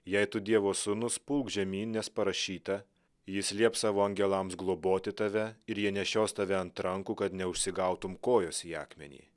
jei tu dievo sūnus pulk žemyn nes parašyta jis lieps savo angelams globoti tave ir jie nešios tave ant rankų kad neužsigautum kojos į akmenį